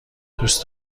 دوست